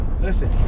Listen